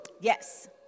Yes